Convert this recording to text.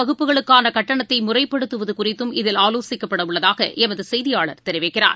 வகுப்புகளுக்கானகட்டணத்தைமுறைப்படுத்துவதுகுறித்தும் இதில் ஆன்லைன் ஆலோசிக்கப்படவுள்ளதாகஎமதுசெய்தியாளர் தெரிவிக்கிறார்